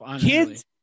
Kids